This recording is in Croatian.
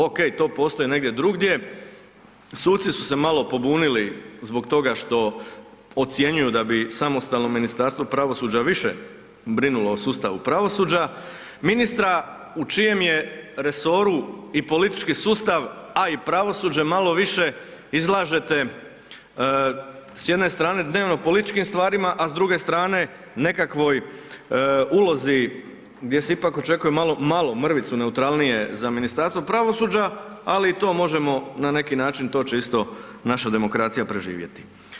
Ok, to postoji negdje drugdje, suci su se malo pobunili zbog toga što ocjenjuju da bi samostalno Ministarstvo pravosuđa više brinulo o sustavu pravosuđa, ministra u čijem je resoru i politički sustav a i pravosuđe, malo više izlažete s jedne strane o dnevno-političkim stvarima a s druge strane nekakvoj ulozi gdje se ipak očekuje malo mrvicu neutralnije za Ministarstvo pravosuđa, ali i to možemo na neki način, to će isto naša demokracija preživjeti.